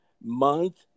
month